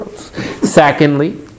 Secondly